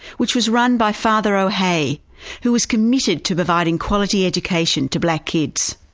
which was run by father o'hare, who was committed to providing quality education to black kids.